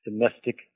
Domestic